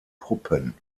puppen